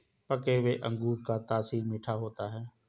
पके हुए अंगूर का तासीर मीठा होता है